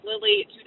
Lily